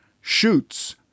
shoots